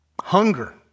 Hunger